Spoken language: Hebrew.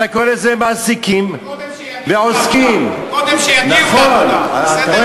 אתה קורא לזה "מעסיקים" ו"עוסקים" קודם שיגיעו לעבודה,